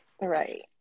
Right